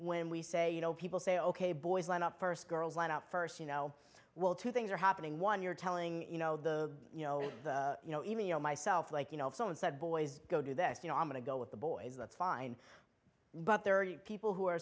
when we say you know people say ok boys line up first girls line out first you know well two things are happening one you're telling you know the you know you know even you know myself like you know if someone said boys go do this you know i'm going to go with the boys that's fine but there are people who are